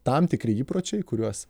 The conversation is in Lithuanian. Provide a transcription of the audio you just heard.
tam tikri įpročiai kuriuos